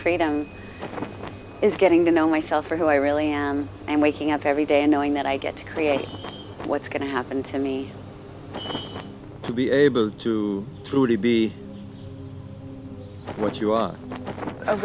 freedom is getting to know myself for who i really am and waking up every day and knowing that i get to create what's going to happen to me to be able to truly be what you are a